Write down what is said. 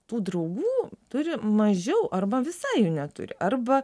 tų draugų turi mažiau arba visai jų neturi arba